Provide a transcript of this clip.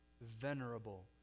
venerable